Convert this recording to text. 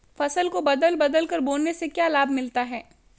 फसल को बदल बदल कर बोने से क्या लाभ मिलता है?